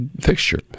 fixture